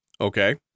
Okay